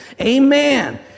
Amen